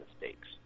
mistakes